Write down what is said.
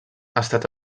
estat